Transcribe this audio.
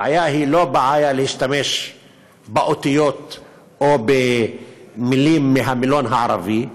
הבעיה היא לא להשתמש באותיות או במילים מהמילון הערבי,